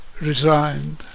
resigned